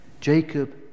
Jacob